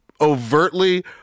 overtly